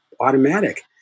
automatic